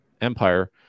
Empire